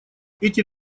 эти